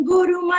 Guru